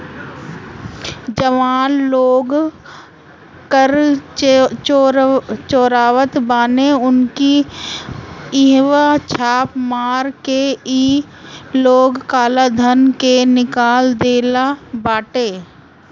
जवन लोग कर चोरावत बाने उनकी इहवा छापा मार के इ लोग काला धन के निकाल लेत बाटे